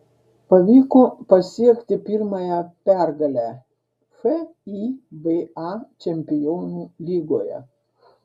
pavyko pasiekti pirmąją pergalę fiba čempionų lygoje